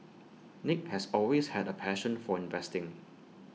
nick has always had A passion for investing